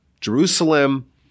Jerusalem